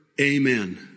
Amen